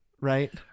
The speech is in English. right